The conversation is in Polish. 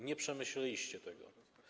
Nie przemyśleliście tego.